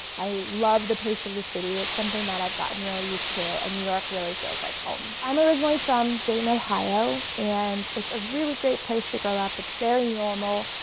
i love the pace of the city, it's something that i've gotten really used to, and new york really feels like home. i'm originally from dayton, ohio and it's a really great place to grow up. it's very normal,